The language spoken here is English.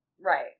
Right